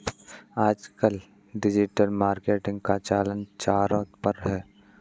आजकल digital marketing का चलन ज़ोरों पर है